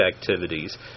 activities